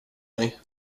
mig